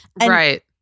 Right